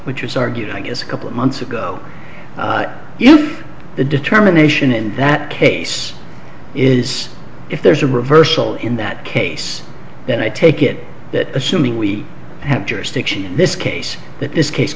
which its argument is a couple of months ago the determination in that case is if there's a reversal in that case then i take it that assuming we have jurisdiction in this case that this case